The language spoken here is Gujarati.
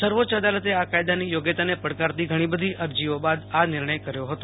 સર્વોચ્ચ અદાલતે આ કાયદાની યોગ્યતાને પડકારતી ઘણી બધી અરજીઓ બાદ આ નિર્ણય કર્યો હતો